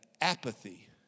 apathy